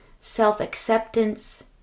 self-acceptance